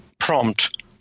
prompt